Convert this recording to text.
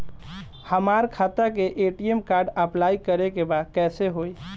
हमार खाता के ए.टी.एम कार्ड अप्लाई करे के बा कैसे होई?